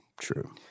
true